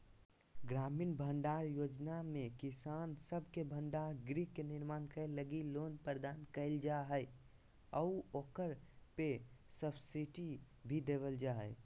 ग्रामीण भंडारण योजना में किसान सब के भंडार गृह के निर्माण करे लगी लोन प्रदान कईल जा हइ आऊ ओकरा पे सब्सिडी भी देवल जा हइ